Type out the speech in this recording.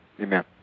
Amen